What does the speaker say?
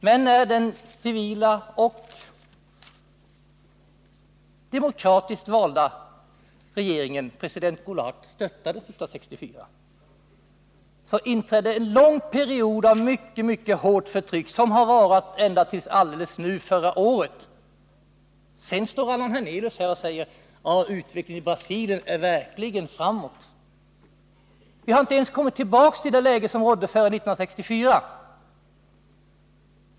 Men när den civila och demokratiskt valda regeringen, president Goularts, störtades 1964 inträdde en lång period av mycket hårt förtryck som har varat ända till förra året. Och så säger Allan Hernelius att utvecklingen i Brasilien verkligen går framåt. Man har inte ens kommit tillbaka till det läge som rådde före 1964!